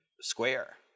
square